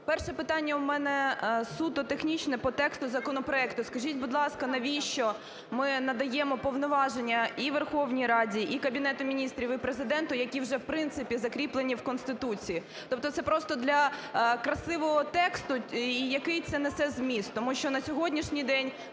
Перше питання в мене суто технічне по тексту законопроекту. Скажіть, будь ласка, навіщо ми надаємо повноваження і Верховній Раді, і Кабінету Міністрів, і Президенту, які вже в принципі закріплені в Конституції? Тобто це просто для красивого тексту? І який це несе зміст? Тому що на сьогоднішній день